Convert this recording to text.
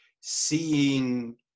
seeing